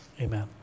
Amen